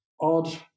odd